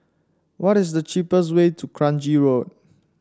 what is the cheapest way to Kranji Road